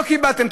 לא קיבלתם.